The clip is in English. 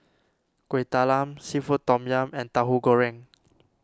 Kuih Talam Seafood Tom Yum and Tauhu Goreng